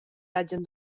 hagien